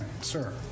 sir